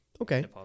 Okay